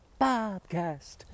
Bobcast